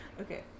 Okay